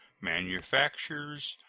manufactures,